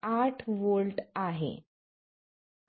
8 V आहे